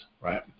Right